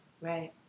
right